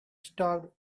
stopped